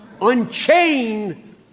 Unchain